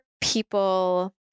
people